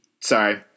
sorry